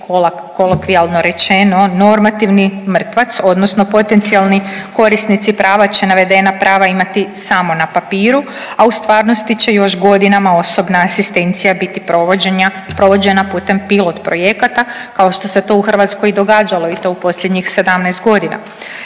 kolokvijalno rečeno, normativni mrtvac odnosno potencijalni korisnici prava će navedena prava imati samo na papiru, a u stvarnosti će još godinama osobna asistencija biti provođena putem pilot projekata kao što se to u Hrvatskoj i događalo i to u posljednjih 17 godina.